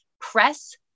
press